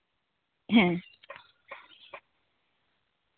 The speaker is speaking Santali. ᱦᱮᱸ